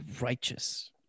righteous